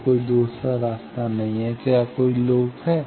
तो कोई दूसरा रास्ता नहीं है और क्या कोई लूप है